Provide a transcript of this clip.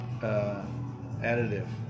additive